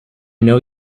know